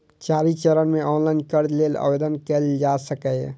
चारि चरण मे ऑनलाइन कर्ज लेल आवेदन कैल जा सकैए